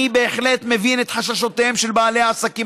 אני בהחלט מבין את חששותיהם של בעלי עסקים